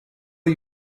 are